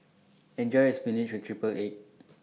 Enjoy your Spinach with Triple Egg